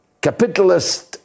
capitalist